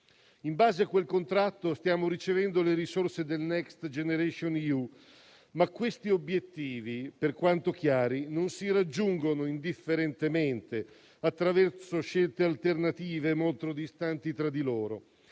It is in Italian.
In base a quel contratto stiamo ricevendo le risorse del Next generation EU, ma questi obiettivi, per quanto chiari, non si raggiungono indifferentemente attraverso scelte alternative molto distanti tra di loro.